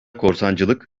korsancılık